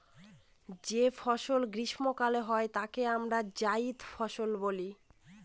যে ফসল গ্রীস্মকালে হয় তাকে আমরা জাইদ ফসল বলি